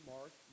Mark